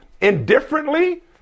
indifferently